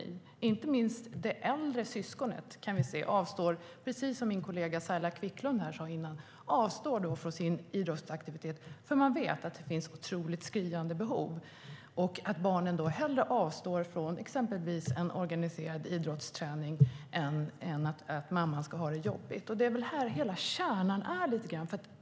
Vi kan se att inte minst det äldre syskonet, precis som min kollega Saila Quicklund sa tidigare, avstår från sin idrottsaktivitet eftersom det vet att det finns skriande behov. Då avstår barnen hellre från till exempel en organiserad idrottsträning så att mamman inte ska ha det jobbigt. Det är nog här hela kärnan finns.